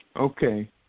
Okay